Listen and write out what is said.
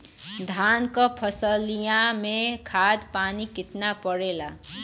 धान क फसलिया मे खाद पानी कितना पड़े ला?